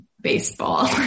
baseball